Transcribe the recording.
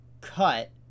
cut